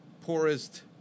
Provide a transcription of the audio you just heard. poorest